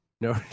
No